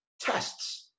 tests